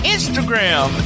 Instagram